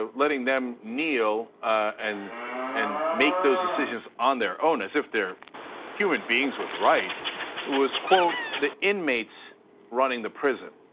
ah letting them kneel and and make those decisions on their own as if they are human beings with rights was the inmates running the prison.